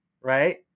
Right